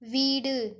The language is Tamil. வீடு